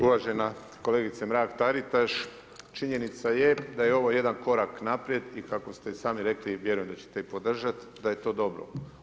Uvažena kolegice Mrak-Taritaš, činjenica je da je ovo jedan korak naprijed i kako ste i sami rekli, vjerujem da ćete i podržati da je to dobro.